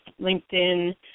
LinkedIn